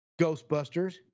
Ghostbusters